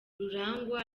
rurangwa